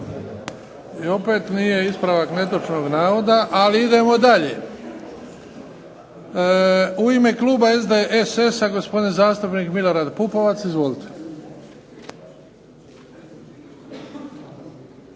I opet nije ispravak netočnog navoda, ali idemo dalje. U ime Kluba SDSS-a gospodin zastupnik Milorad PUpovac. Izvolite.